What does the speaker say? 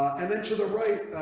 and then to the right.